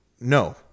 no